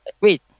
Wait